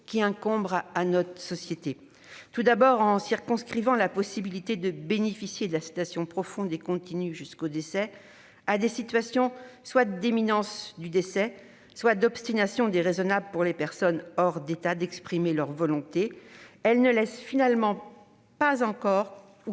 incombant à notre société. Tout d'abord, en circonscrivant la possibilité de bénéficier de la sédation profonde et continue jusqu'au décès à des situations soit d'imminence de la mort, soit d'obstination déraisonnable pour les personnes hors d'état d'exprimer leur volonté, ce texte ne laisse finalement encore que